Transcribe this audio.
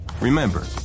Remember